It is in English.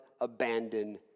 abandon